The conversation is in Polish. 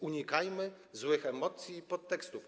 Unikajmy złych emocji i podtekstów.